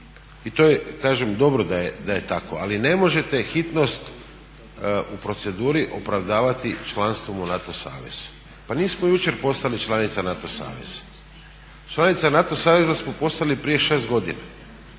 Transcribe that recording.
I to je kažem dobro da je tako, ali ne možete hitnost u proceduri opravdavati članstvom u NATO savezu. Pa nismo jučer postali članica NATO saveza. Članica NATO saveza smo postali prije 6 godini